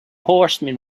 horsemen